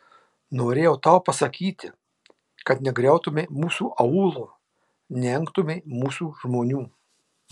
norėjau tau pasakyti kad negriautumei mūsų aūlo neengtumei mūsų žmonių